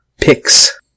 picks